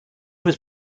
was